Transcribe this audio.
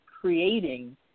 creating